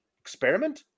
Experiment